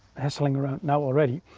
wrestling around now already.